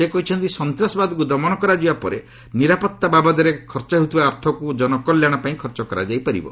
ସେ କହିଛନ୍ତି ସନ୍ତାସବାଦକୁ ଦମନ କରାଯିବା ପରେ ନିରାପତ୍ତା ବାବଦରେ ଖର୍ଚ୍ଚ ହେଉଥିବା ଅର୍ଥକ୍ ଜନକଲ୍ୟାଣ ପାଇଁ ଖର୍ଚ୍ଚ କରାଯାଇପାରିବ